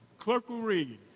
clerk will read.